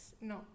no